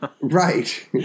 Right